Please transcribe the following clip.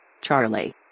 Charlie